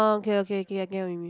orh okay okay okay I get what you mean